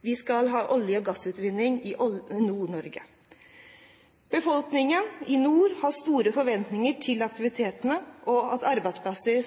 Vi skal ha olje- og gassutvinning i Nord-Norge. Befolkningen i nord har store forventninger til aktivitetene og til arbeidsplasser